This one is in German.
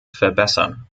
verbessern